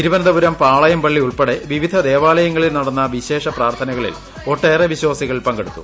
തിരുവനന്തപുരം പാളയം പള്ളി ഉൾപ്പെടെ വിവിധ ദേവാലയങ്ങളിൽ നടന്ന വിശേഷ പ്രാർത്ഥനകളിൽ ഒട്ടേറെ വിശ്വാസികൾ പങ്കെടുത്തു